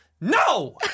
no